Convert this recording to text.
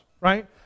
right